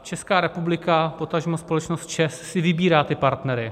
Česká republika, potažmo společnost ČEZ, si vybírá partnery.